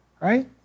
Right